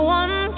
one